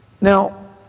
Now